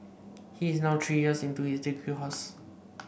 he is now three years into his degree course